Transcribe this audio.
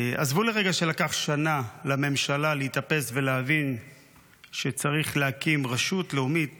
עזבו לרגע שלקח שנה לממשלה להתאפס ולהבין שצריך להקים רשות לאומית